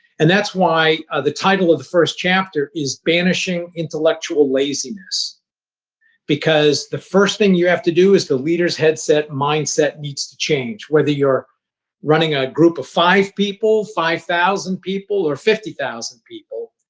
and that's why the title of the first chapter is banishing intellectual laziness because the first thing you have to do is the leader's headset mindset needs to change. whether you're running a group of five people, five thousand people, or fifty thousand people,